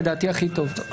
לדעתי זה הכי טוב.